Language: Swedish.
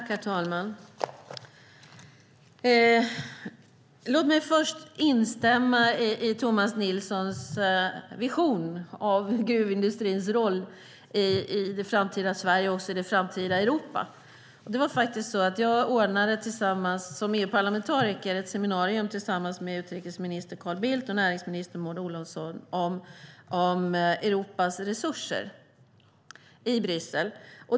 Herr talman! Låt mig först instämma i Tomas Nilssons vision av gruvindustrins roll i det framtida Sverige och i det framtida Europa. Som EU-parlamentariker ordnade jag ett seminarium i Bryssel tillsammans med utrikesminister Carl Bildt och näringsminister Maud Olofsson om Europas resurser.